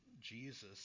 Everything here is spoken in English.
Jesus